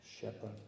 shepherd